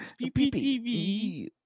PPTV